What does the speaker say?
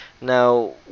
Now